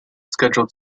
scheduled